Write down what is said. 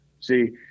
See